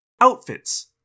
Outfits